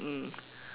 mm